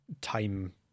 time